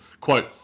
quote